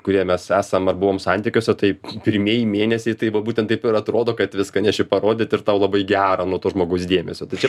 kurie mes esam ar buvom santykiuose tai pirmieji mėnesiai tai vat būtent taip ir atrodo kad viską neši parodyt ir tau labai gera nuo to žmogus dėmesio tai čia